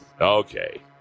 Okay